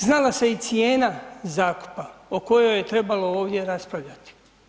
Znala se i cijena zakupa o kojoj je trebalo ovdje raspravljati.